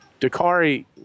Dakari